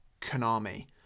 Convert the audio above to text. Konami